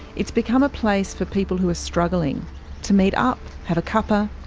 it's become a place for people who are struggling to meet up, have a cuppa,